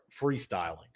freestyling